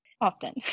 Often